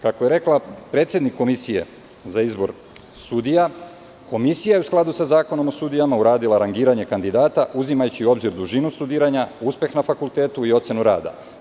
Kako je rekla predsednik Komisije za izbor sudija, Komisija je u skladu sa Zakonom o sudijama uradila rangiranje kandidata, uzimajući u obzir dužinu studiranja, uspeh na fakultetu i ocenu rada.